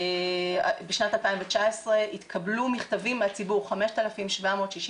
בשנת 2019 התקבלו 5,766